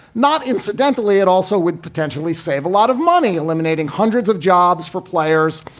not incidentally, it also would potentially save a lot of money, eliminating hundreds of jobs for players,